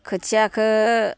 खोथियाखौ